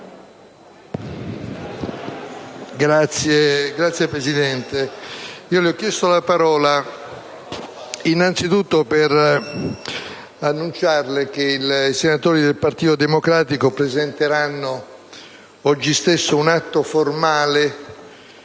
Signor Presidente, ho chiesto la parola innanzi tutto per annunciare che i senatori del Partito Democratico presenteranno oggi stesso un atto formale